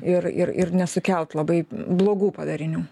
ir ir ir nesukelt labai blogų padarinių